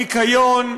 ניקיון,